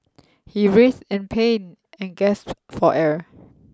he writhed in pain and gasped for air